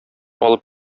алып